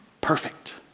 perfect